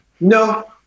no